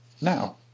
now